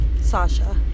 Sasha